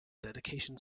dedication